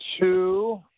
two